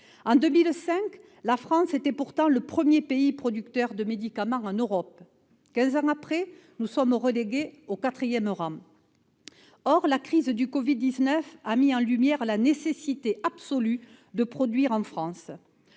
En 2005, la France était le premier producteur de médicaments en Europe. Quinze ans après, nous sommes relégués au quatrième rang. La crise du Covid-19 a mis en lumière la nécessité absolue de produire en France.